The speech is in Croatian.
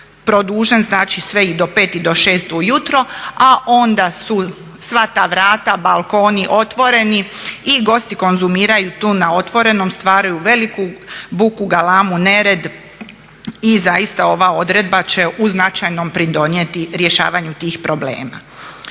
produžen, znači sve i do 5 i do 6 ujutro, a onda su sa ta vrata, balkoni otvoreni i gosti konzumiraju tu na otvorenom stvaraju veliku buku, galamu, nered i zaista ova odredba će u značajnom pridonijeti rješavanju tih problema.